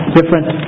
different